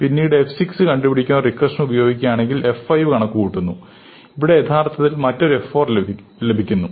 പിന്നീട് f 6 കണ്ടുപിടിക്കുവാൻ recursion ഉപയോഗിക്കുകയാണെങ്കിൽ f 5 കണക്കുകൂട്ടുന്നു അവിടെ യഥാർത്ഥത്തിൽ മറ്റൊരു f 4 ലഭിക്കുന്നു